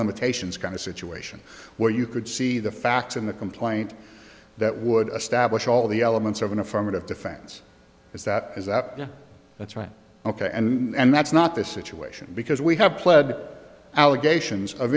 limitations kind of situation where you could see the facts in the complaint that would establish all the elements of an affirmative defense is that is that yeah that's right ok and that's not this situation because we have pled allegations of